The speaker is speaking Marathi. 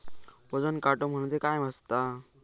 वजन काटो म्हणजे काय असता?